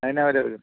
അ എന്നാ വില വരും